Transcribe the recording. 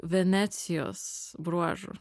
venecijos bruožų